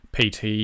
PT